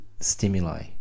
Stimuli